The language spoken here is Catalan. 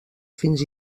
fins